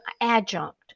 adjunct